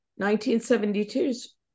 1972's